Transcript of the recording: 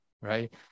right